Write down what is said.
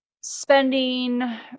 spending